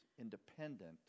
independent